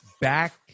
back